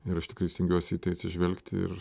ir aš tikrai stengiuosi į tai atsižvelgti ir